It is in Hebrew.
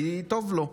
כי טוב לו,